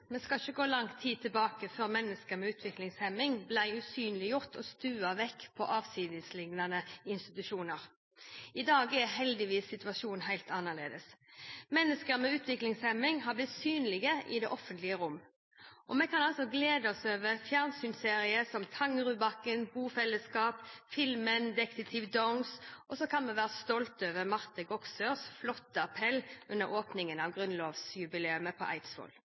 Vi skal ikke gå langt tilbake i tid før mennesker med utviklingshemning ble usynliggjort og stuet vekk i avsidesliggende institusjoner. I dag er situasjonen heldigvis helt annerledes. Mennesker med utviklingshemning har blitt synlige i det offentlige rom. Vi kan glede oss over fjernsynsserier som «Tangerudbakken borettslag» og filmen «Detektiv Downs». Så kan vi være stolte over Marte W. Goksøyrs flotte appell under åpningen av grunnlovsjubileet på